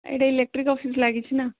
ଏଇଟା electric office ଲାଗିଛି ନା